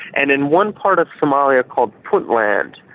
and in one part of somalia called puntland,